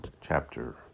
chapter